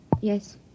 Yes